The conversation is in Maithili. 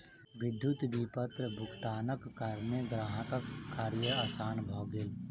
विद्युत विपत्र भुगतानक कारणेँ ग्राहकक कार्य आसान भ गेल